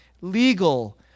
legal